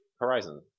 horizon